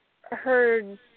heard